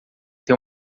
tem